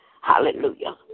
Hallelujah